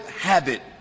habit